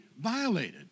violated